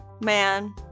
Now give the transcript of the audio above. man